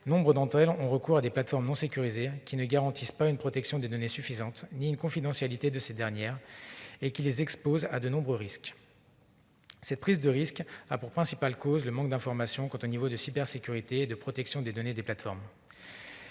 nombre d'entre elles ont recours à des plateformes non sécurisées, qui ne garantissent ni une protection suffisante des données ni la confidentialité de ces dernières, ce qui les expose à de nombreux risques. Cette prise de risque a pour principale cause le manque d'informations quant au niveau de cybersécurité et de protection des données des plateformes.